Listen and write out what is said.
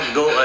go